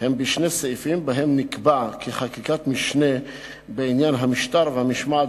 הם בשני סעיפים שבהם נקבע כי חקיקת משנה בעניין המשטר והמשמעת